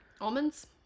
almonds